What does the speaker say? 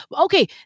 okay